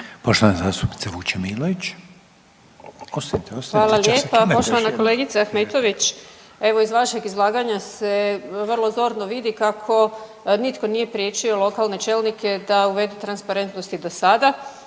Vesna (Hrvatski suverenisti)** Hvala lijepa poštovana kolegice Ahmetović. Evo, iz vašeg izlaganja se vrlo zorno vidi kako nitko nije priječio lokalne čelnike da uvede transparentnost i do sada.